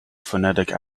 phonetic